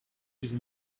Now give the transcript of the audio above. iri